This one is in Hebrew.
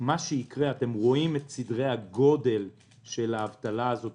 אתם רואים את סדרי הגודל של האבטלה הזאת.